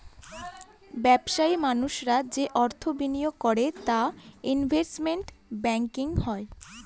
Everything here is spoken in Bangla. ব্যবসায়ী মানুষরা যে অর্থ বিনিয়োগ করে তা ইনভেস্টমেন্ট ব্যাঙ্কিং হয়